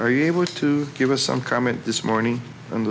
are you able to give us some comment this morning